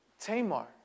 Tamar